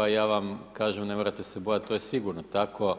A ja vam kažem, ne morate se bojati, to je sigurno tako